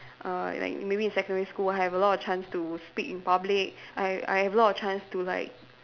uh like maybe in secondary school I have a lot of chance to speak in public I I have a lot of chance to like